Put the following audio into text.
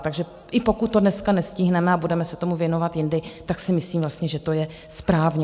Takže i pokud to dneska nestihneme a budeme se tomu věnovat jindy, tak si myslím vlastně, že to je správně.